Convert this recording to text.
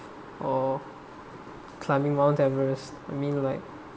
or climbing mount everest I mean like